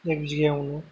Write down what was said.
नै बिगायावनो